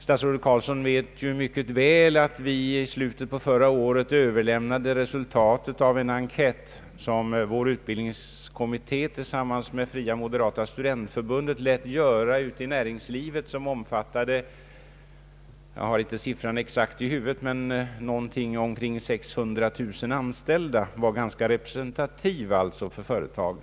Statsrådet vet mycket väl att vi i slutet av förra året överlämnade resultatet av en enkät som vår utbildningskommitté tillsammans med Fria moderata studentförbundet lät göra ute i näringslivet. Jag har inte den exakta siffran i huvudet men vill minnas att enkäten gällde cirka 600 000 anställda och således var ganska representativ för företagen.